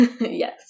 Yes